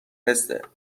حسه